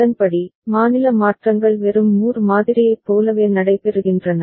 அதன்படி மாநில மாற்றங்கள் வெறும் மூர் மாதிரியைப் போலவே நடைபெறுகின்றன